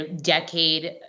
decade